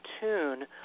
tune